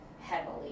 heavily